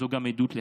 זו גם עדות לכך.